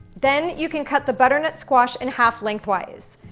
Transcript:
then you can cut the butternut squash in half length-wise.